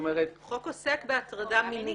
החוק עוסק בהטרדה מינית.